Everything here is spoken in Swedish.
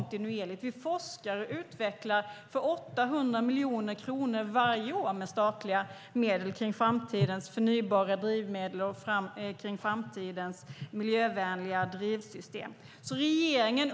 Vi forskar och utvecklar för 800 miljoner kronor varje år med statliga medel kring framtidens förnybara drivmedel och kring framtidens miljövänliga drivsystem.